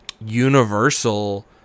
Universal